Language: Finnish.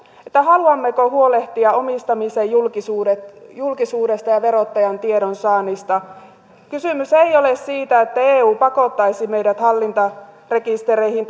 siitä haluammeko huolehtia omistamisen julkisuudesta ja verottajan tiedonsaannista kysymys ei ole siitä että eu pakottaisi meidät hallintarekistereihin